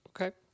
Okay